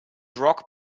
rock